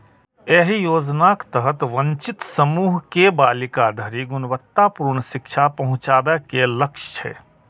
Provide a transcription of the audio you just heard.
एहि योजनाक तहत वंचित समूह के बालिका धरि गुणवत्तापूर्ण शिक्षा पहुंचाबे के लक्ष्य छै